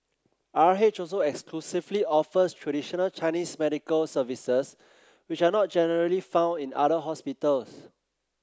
R H also exclusively offers traditional Chinese medical services which are not generally found in other hospitals